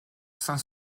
cinq